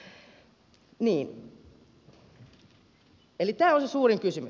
tämä on se suurin kysymys